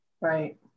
Right